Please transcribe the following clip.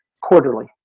quarterly